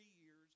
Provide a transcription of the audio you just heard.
years